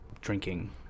drinking